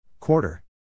Quarter